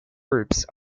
troops